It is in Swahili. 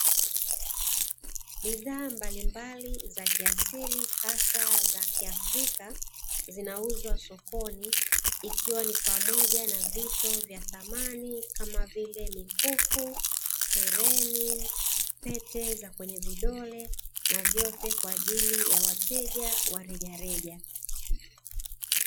Bidhaa mbalimbali za kiasili hasa za kiafrika, zinauzwa sokoni. Ikiwa ni pamoja na vito vya samani kama vile: mikufu, hereni, pete za kwenye vidole; na vyote kwa ajili ya wateja wa rejareja.